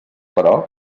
però